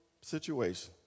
situation